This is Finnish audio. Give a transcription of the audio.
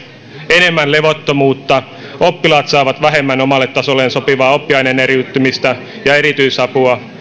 enemmän levottomuutta oppilaat saavat vähemmän omalle tasolleen sopivaa oppiaineen eriyttämistä ja erityisapua